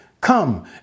Come